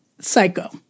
Psycho